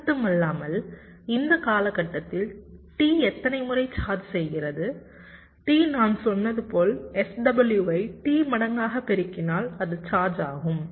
இது மட்டுமல்லாமல் இந்த காலகட்டத்தில் T எத்தனை முறை சார்ஜ் செய்கிறது T நான் சொன்னது போல் SW ஐ T மடங்காக பெருக்கினால் அது சார்ஜ் ஆகும்